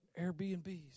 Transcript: Airbnbs